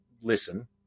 listen